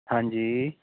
ਹਾਂਜੀ